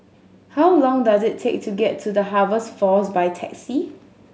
how long does it take to get to The Harvest Force by taxi